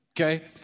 okay